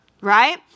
right